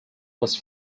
was